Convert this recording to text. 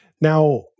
now